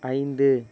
ஐந்து